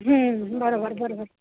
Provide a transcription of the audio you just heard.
बरोबर बरोबर